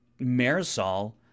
Marisol